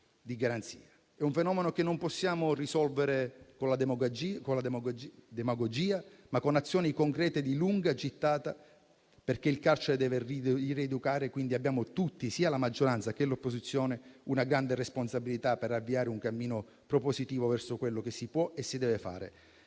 di garanzia. È un fenomeno che non possiamo risolvere con la demagogia, ma con azioni concrete di lunga gittata, perché il carcere deve rieducare. Quindi, abbiamo tutti, sia la maggioranza che l'opposizione, una grande responsabilità per avviare un cammino propositivo verso quello che si può e si deve fare.